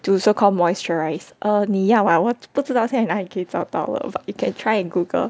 to so call moisturise err 你要 ah 我不知道现在哪里可以找到了 you can try and Google